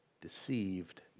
deceived